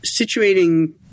situating